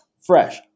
fresh